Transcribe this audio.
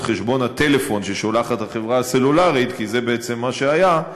חשבון הטלפון ששולחת החברה הסלולרית כי זה בעצם מה שהיה,